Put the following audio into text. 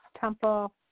temple